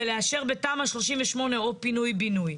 ולאשר בתמ"א 38 או פינוי בינוי.